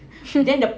hmm